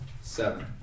seven